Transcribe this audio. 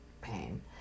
pain